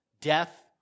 death